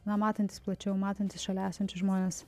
numatantis plačiau matantis šalia esančius žmones